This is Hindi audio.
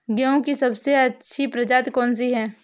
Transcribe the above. गेहूँ की सबसे अच्छी प्रजाति कौन सी है?